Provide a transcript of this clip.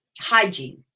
hygiene